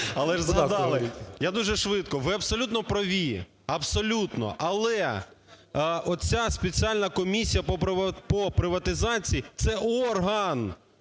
Але ж згадали. Я дуже швидко. Ви абсолютно праві, абсолютно, але оця Спеціальна комісія по приватизації – це орган,